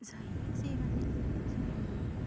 जाहैबाय जे मानि जों